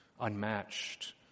unmatched